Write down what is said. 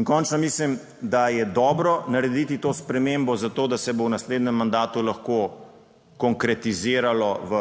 in končno mislim, da je dobro narediti to spremembo zato, da se bo v naslednjem mandatu lahko konkretiziralo v